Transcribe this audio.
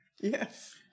Yes